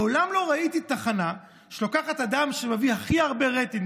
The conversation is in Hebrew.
מעולם לא ראיתי תחנה שלוקחת אדם שמביא הכי הרבה רייטינג,